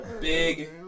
big